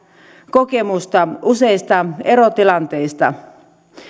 kokemusta useista erotilanteista